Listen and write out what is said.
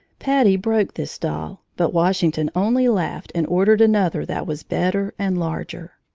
patty broke this doll, but washington only laughed and ordered another that was better and larger.